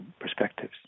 perspectives